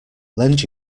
lend